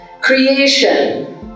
Creation